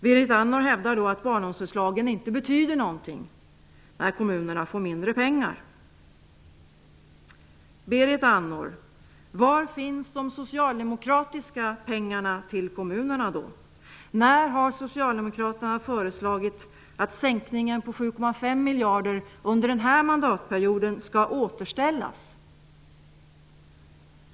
Berit Andnor hävdar att barnomsorgslagen inte betyder någonting när kommunerna får mindre pengar. Var finns de socialdemokratiska pengarna till kommunerna, Berit Andnor? När anser miljarder under den här mandatperioden skall återställas?